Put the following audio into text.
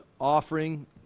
offering